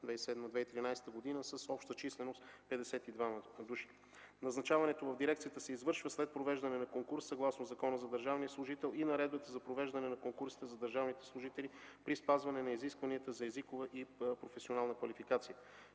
2007-2013 г., с обща численост 52 души. Назначаването в дирекцията се извършва след провеждане на конкурс съгласно Закона за държавния служител и Наредбата за провеждане на конкурсите за държавните служители при спазване на изискванията за езикова и професионална квалификация.